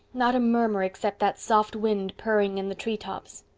not a murmur except that soft wind purring in the treetops!